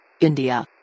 India